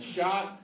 shot